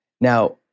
Now